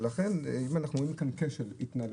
ולכן, אם אנחנו רואים כאן כשל התנהלותי,